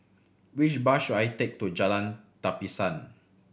which bus should I take to Jalan Tapisan